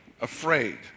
afraid